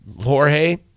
Jorge